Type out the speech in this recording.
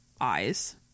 eyes